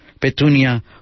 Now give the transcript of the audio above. Petunia